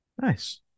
Nice